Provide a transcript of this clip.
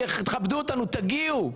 תכבדו אותנו ותגיעו.